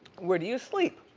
where do you sleep?